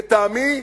לטעמי,